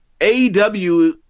AEW